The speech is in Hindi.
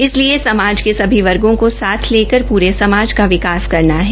इसलिए समाज के सभी वर्गो को साथ लेकर पूरे समाज का विकास करना है